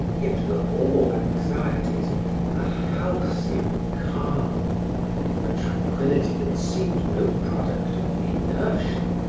yet for all anxieties a halcyon calm a tranquillity that seemed no product of inertia,